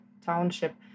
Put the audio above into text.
township